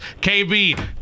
KB